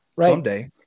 someday